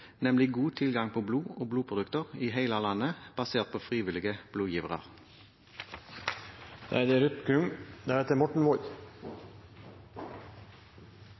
nemlig god tilgang på blod og blodprodukter i hele landet, basert på frivillige